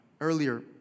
earlier